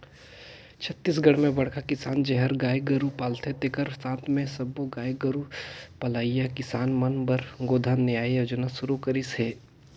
छत्तीसगढ़ में बड़खा किसान जेहर गाय गोरू पालथे तेखर साथ मे सब्बो गाय गोरू पलइया किसान मन बर गोधन न्याय योजना सुरू करिस हे